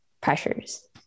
pressures